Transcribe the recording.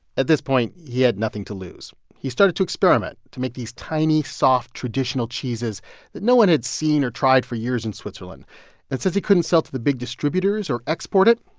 at this point, he had nothing to lose. he started to experiment, to make these tiny, soft, traditional cheeses that no one had seen or tried for years in switzerland. and since he couldn't sell to the big distributors or export it,